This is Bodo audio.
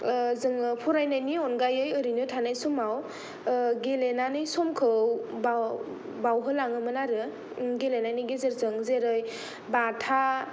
जोङो फरायनायनि अनगायै ओरैनो थानाय समाव गेलेनानै समखौ बाउहोलाङोमोन आरो गेलेनायनि गेजेरजों जेरै बाथा